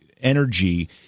energy